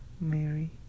Mary